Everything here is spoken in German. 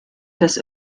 das